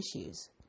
issues